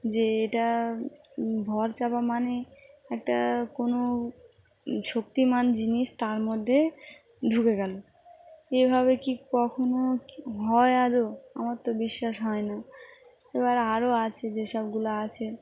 যে এটা ভর চাপা মানে একটা কোনো শক্তিমান জিনিস তার মধ্যে ঢুকে গেলো এভাবে কি কখনো হয় আদৌ আমার তো বিশ্বাস হয় না এবার আরও আছে যেসবগুলো আছে